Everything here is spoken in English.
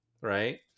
right